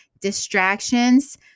Distractions